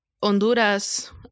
Honduras